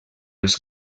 els